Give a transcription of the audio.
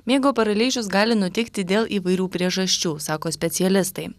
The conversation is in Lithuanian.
miego paralyžius gali nutikti dėl įvairių priežasčių sako specialistai